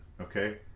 okay